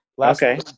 Okay